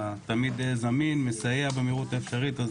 אתה תמיד זמין, מסייע במהירות האפשרית.